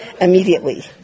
immediately